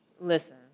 Listen